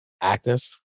active